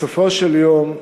בסופו של יום,